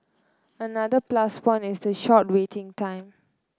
another plus point is the short waiting time